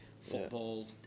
football